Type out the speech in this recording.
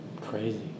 crazy